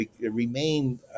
remained